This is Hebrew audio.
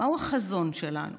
מהו החזון שלנו